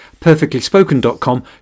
PerfectlySpoken.com